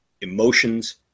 emotions